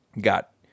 got